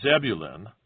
Zebulun